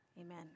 Amen